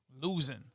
losing